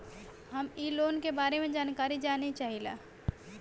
हम इ लोन के बारे मे जानकारी जाने चाहीला?